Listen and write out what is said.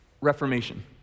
Reformation